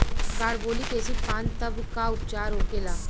Carbolic acid पान तब का उपचार होखेला?